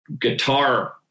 guitar